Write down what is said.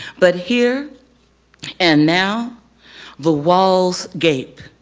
but here and now the walls gape,